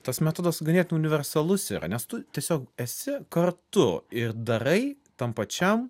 tas metodas ganėtinai universalus yra nes tu tiesiog esi kartu ir darai tam pačiam